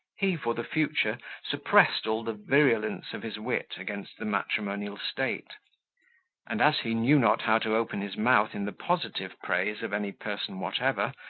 he for the future suppressed all the virulence of his wit against the matrimonial state and as he knew not how to open his mouth in the positive praise of any person whatever,